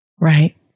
Right